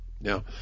Now